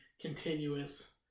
continuous